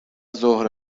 زهره